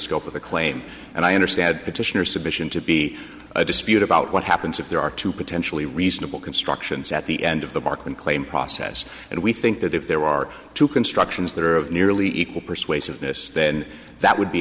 scope of the claim and i understand petitioner submission to be a dispute about what happens if there are two potentially reasonable constructions at the end of the parking claim process and we think that if there are two constructions that are of nearly equal persuasiveness then that would be